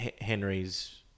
Henry's